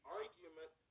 argument